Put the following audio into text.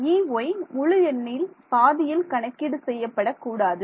Ey முழு எண்ணில் பாதியில் கணக்கீடு செய்யப்படக் கூடாது